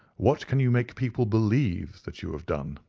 what can you make people believe that you have done.